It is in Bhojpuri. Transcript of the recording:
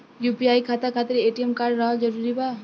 यू.पी.आई खाता खातिर ए.टी.एम कार्ड रहल जरूरी बा?